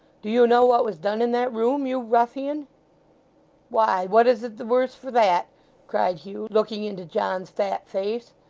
do you know what was done in that room, you ruffian why, what is it the worse for that cried hugh, looking into john's fat face.